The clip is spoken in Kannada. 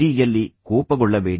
ಯಲ್ಲಿ ಕೋಪಗೊಳ್ಳಬೇಡಿ